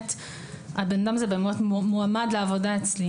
הבן אדם הזה באמת מועמד לעבודה אצלי.